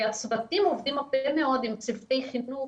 והצוותים עובדים הרבה מאוד עם צוותי חינוך,